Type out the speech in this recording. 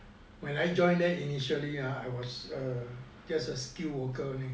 when I join then initially ah I was just a skilled worker only